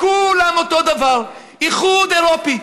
כולם אותו דבר, איחוד אירופי.